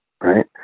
right